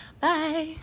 Bye